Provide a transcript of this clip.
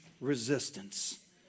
resistance